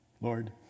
Lord